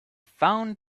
found